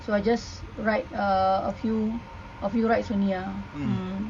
so I just ride uh a few rides only ah mm